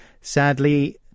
sadly